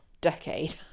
decade